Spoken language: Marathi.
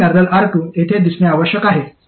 R1 ।। R2 येथे दिसणे आवश्यक आहे